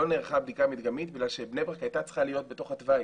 לא נערכה בדיקה מקדמית בגלל שבני ברק הייתה צריכה להיות בתוך התוואי.